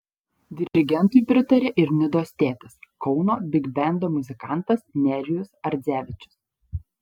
dirigentui pritarė ir nidos tėtis kauno bigbendo muzikantas nerijus ardzevičius